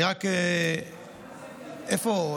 אני מקריא את